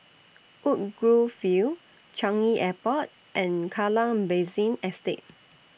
Woodgrove View Changi Airport and Kallang Basin Estate